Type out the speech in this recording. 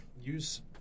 use